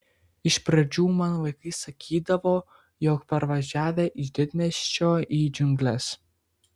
iš pradžių man vaikai sakydavo jog parvažiavę iš didmiesčio į džiungles